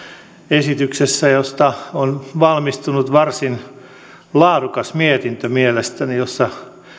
esityksessä josta on valmistunut mielestäni varsin laadukas mietintö jossa